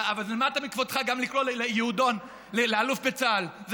אבל למטה מכבודך גם לקרוא יהודון לאלוף בצה"ל,